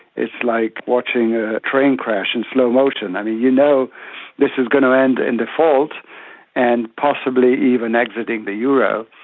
it's like watching a train crash in slow motion. and you know this is going to end in default and possibly even exiting the euro,